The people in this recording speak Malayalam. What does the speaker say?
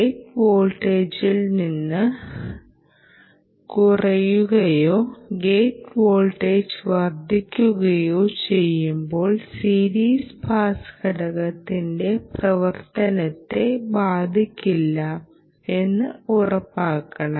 ഗേറ്റ് വോൾട്ടേജിൽ നിന്ന് കുറയുകയോ ഗേറ്റ് വോൾട്ടേജ് വർദ്ധിപ്പിക്കുകയോ ചെയ്യുമ്പോൾ സീരീസ് പാസ് ഘടകത്തിന്റെ പ്രവർത്തനത്തെ ബാധിക്കില്ല എന്ന് ഉറപ്പാക്കണം